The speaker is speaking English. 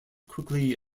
quickly